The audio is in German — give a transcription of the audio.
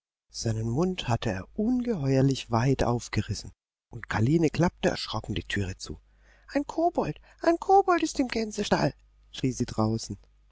seinen mund hatte er ungeheuerlich weit aufgerissen und karline klappte erschrocken die türe zu ein kobold ein kobold ist im gänsestall schrie sie draußen